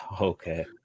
Okay